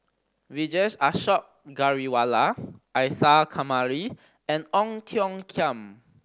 Vijesh Ashok Ghariwala Isa Kamari and Ong Tiong Khiam